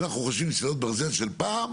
כשאנחנו חושבים על מסילות ברזל של פעם,